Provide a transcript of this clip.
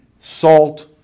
salt